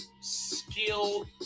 skilled